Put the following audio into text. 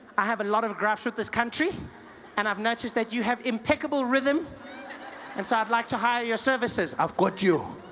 i have a lot of grudges with this country and i have noticed that you have impeccable rhythm and so i would like to hire your services. i got you